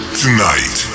tonight